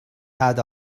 had